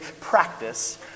practice